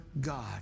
God